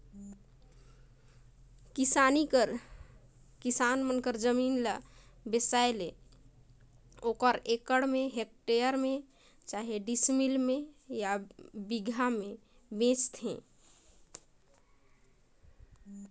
किसानी कर जमीन बेसाबे त ओहर एकड़ में, हेक्टेयर में, डिसमिल में चहे बीघा में बेंचाथे